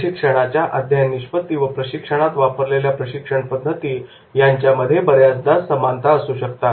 प्रशिक्षणाच्या अध्ययन निष्पत्ती व प्रशिक्षणात वापरलेल्या प्रशिक्षण पद्धती यांच्यामध्ये बऱ्याचदा समानता असू शकतात